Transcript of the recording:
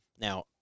Now